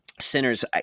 Sinners